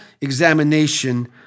examination